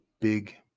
big